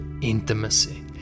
intimacy